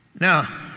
Now